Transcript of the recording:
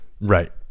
Right